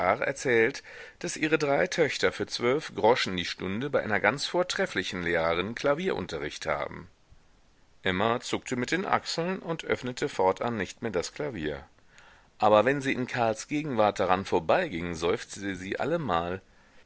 erzählt daß ihre drei töchter für zwölf groschen die stunde bei einer ganz vortrefflichen lehrerin klavierunterricht haben emma zuckte mit den achseln und öffnete fortan nicht mehr das klavier aber wenn sie in karls gegenwart daran vorbeiging seufzte sie allemal